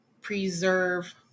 preserve